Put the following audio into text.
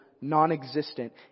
non-existent